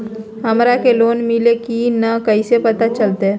हमरा के लोन मिल्ले की न कैसे पता चलते?